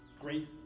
Great